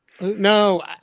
No